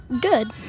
Good